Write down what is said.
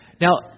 Now